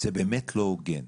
זה באמת לא הוגן.